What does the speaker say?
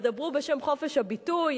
ידברו בשם חופש הביטוי,